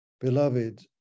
beloved